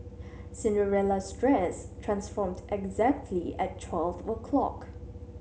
Cinderella's dress transformed exactly at twelve o' clock